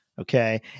Okay